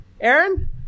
Aaron